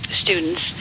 students